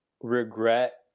regret